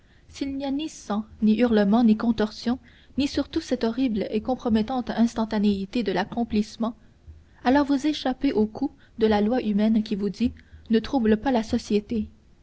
s'il n'y a ni sang ni hurlements ni contorsions ni surtout cette horrible et compromettante instantanéité de l'accomplissement alors vous échappez au coup de la loi humaine qui vous dit ne trouble pas la société